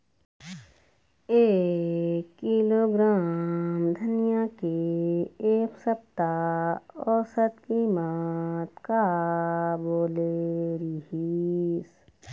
एक किलोग्राम धनिया के एक सप्ता औसत कीमत का बोले रीहिस?